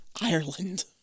Ireland